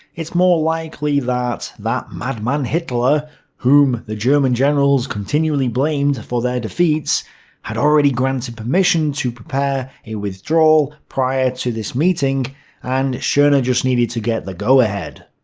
it's more likely that that madman hitler whom the german generals continually blamed for their defeats had already granted permission to prepare for a withdraw prior to this meeting and schorner just needed to get the go-ahead.